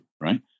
right